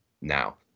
now